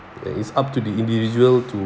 and it's up to the individual to